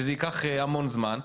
שזה ייקח המון זמן.